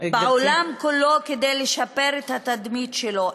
בעולם כולו כדי לשפר את התדמית שלו,